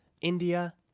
India